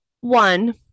One